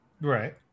Right